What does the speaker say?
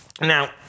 Now